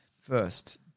first